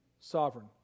Sovereign